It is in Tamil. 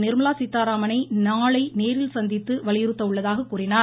நிர்மலா சீதாராமனை நாளை நேரில் சந்தித்து வலியுறுத்த உள்ளதாக கூறினார்